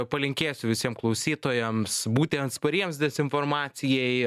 palinkėsiu visiem klausytojams būti atspariems dezinformacijai